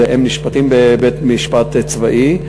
הם נשפטים בבית-משפט צבאי,